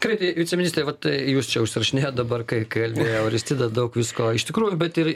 gerai tai viceministrė vat jūs čia užsirašinėjot dabar kai kalbėjau aristida daug visko iš tikrųjų bet ir